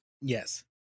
Yes